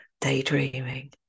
daydreaming